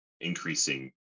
increasing